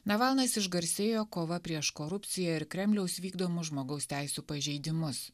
navalnas išgarsėjo kova prieš korupciją ir kremliaus vykdomus žmogaus teisių pažeidimus